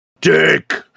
dick